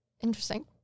Interesting